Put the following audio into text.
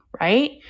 right